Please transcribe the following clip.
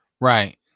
Right